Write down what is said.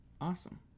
Awesome